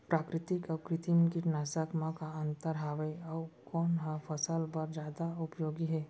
प्राकृतिक अऊ कृत्रिम कीटनाशक मा का अन्तर हावे अऊ कोन ह फसल बर जादा उपयोगी हे?